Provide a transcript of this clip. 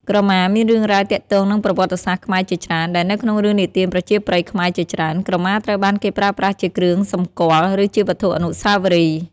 ក្រមាមានរឿងរ៉ាវទាក់ទងនឹងប្រវត្តិសាស្ត្រខ្មែរជាច្រើន ដែលនៅក្នុងរឿងនិទានប្រជាប្រិយខ្មែរជាច្រើន ក្រមាត្រូវបានគេប្រើប្រាស់ជាគ្រឿងសម្គាល់ ឬជាវត្ថុអនុស្សាវរីយ៍។